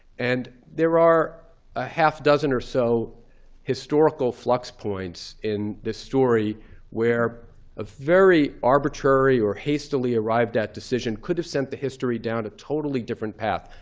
and there are a half dozen or so historical flux points in this story where a very arbitrary or hastily arrived at decision could have sent the history down a totally different path.